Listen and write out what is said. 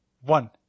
one